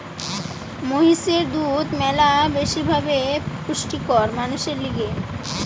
মহিষের দুধ ম্যালা বেশি ভাবে পুষ্টিকর মানুষের লিগে